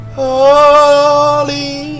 holy